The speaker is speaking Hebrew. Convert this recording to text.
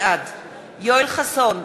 בעד יואל חסון,